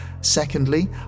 Secondly